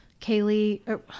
Kaylee